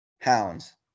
Hounds